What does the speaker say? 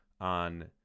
on